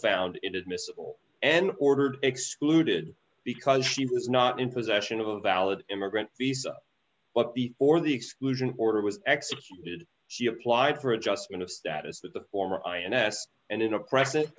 found it admissible and ordered excluded because he was not in possession of a valid immigrant visa but the or the exclusion order was executed he applied for adjustment of status with the former ins and in a practice